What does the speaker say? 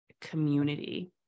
community